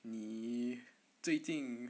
你最近